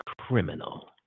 criminal